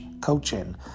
coaching